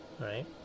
right